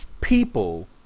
people